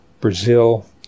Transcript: Brazil